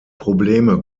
probleme